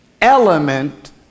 element